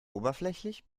oberflächlich